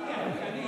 אני.